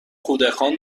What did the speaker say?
کودکان